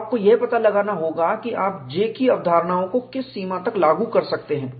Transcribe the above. तो आपको यह पता लगाना होगा कि आप J की अवधारणाओं को किस सीमा तक लागू कर सकते हैं